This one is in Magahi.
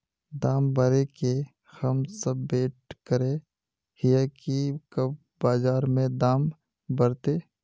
दाम बढ़े के हम सब वैट करे हिये की कब बाजार में दाम बढ़ते?